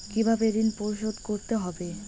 কিভাবে ঋণ পরিশোধ করতে হবে?